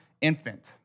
infant